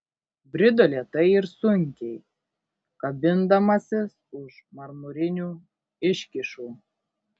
brido lėtai ir sunkiai kabindamasis už marmurinių iškyšų